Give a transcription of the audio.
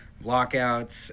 lockouts